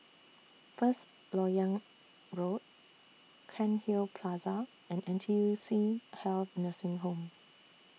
First Lok Yang Road Cairnhill Plaza and N T U C Health Nursing Home